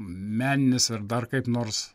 meninis ar dar kaip nors